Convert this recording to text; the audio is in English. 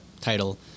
title